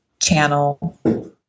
channel